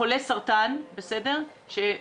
חולה סרטן סופני,